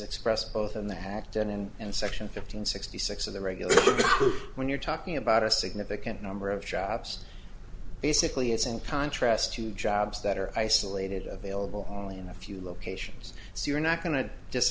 expressed both in the hacked and in and section fifty and sixty six of the regular when you're talking about a significant number of jobs basically it's in contrast to jobs that are isolated available in a few locations so you're not going to